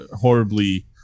horribly